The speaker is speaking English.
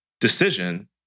decision